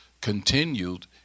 continued